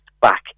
back